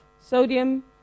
sodium